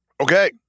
Okay